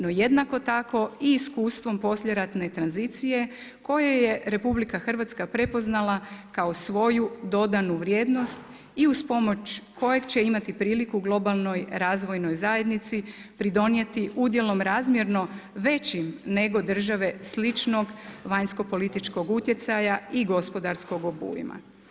No jednako tako i iskustvom poslijeratne tranzicije koje je RH prepoznala kao svoju dodanu vrijednost i uz pomoć kojeg će imati priliku globalnoj razvojnoj zajednici pridonijeti udjelom razmjerno većim nego države sličnog vanjsko političkog utjecaja i gospodarskog obujma.